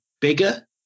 bigger